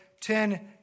ten